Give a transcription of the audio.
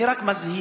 אני רק מזהיר.